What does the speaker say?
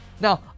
Now